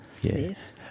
Yes